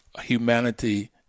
Humanity